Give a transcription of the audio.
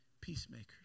peacemakers